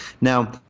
Now